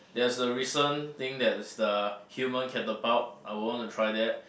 there is the recent thing that is the human catapult I would wanna try that